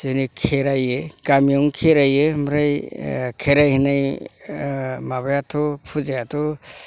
जोंनि खेरायो गामियावनो खेरायो ओमफ्राय खेराइ होनाय माबायाथ' फुजायाथ'